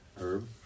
Herb